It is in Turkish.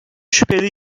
şüpheli